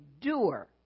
doer